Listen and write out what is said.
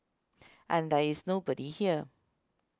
and there is nobody here